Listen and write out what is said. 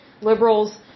liberals